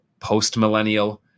postmillennial